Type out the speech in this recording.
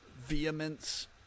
vehemence